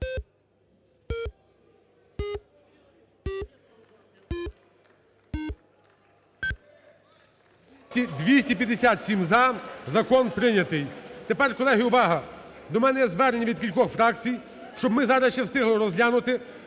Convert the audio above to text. За-257 Закон прийнятий. Тепер, колеги, увага, до мене є звернення від кількох фракцій, щоб ми зараз ще встигли розглянути